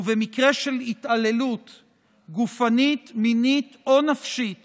ובמקרה של התעללות גופנית, מינית או נפשית